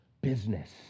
business